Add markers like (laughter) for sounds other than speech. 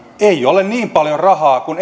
ei ole niin paljon rahaa kuin (unintelligible)